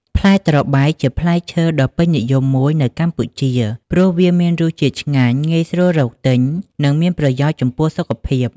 ផ្លែត្របែក ជាផ្លែឈើដ៏ពេញនិយមមួយនៅកម្ពុជា ព្រោះវាមានរសជាតិឆ្ងាញ់ ងាយស្រួលរកទិញ និងមានប្រយោជន៍ចំពោះសុខភាព។